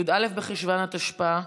י"א בחשוון התשפ"א,